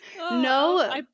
No